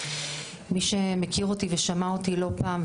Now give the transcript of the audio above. מי שמכיר אותי ושמע אותי לא פעם,